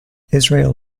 israel